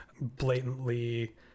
blatantly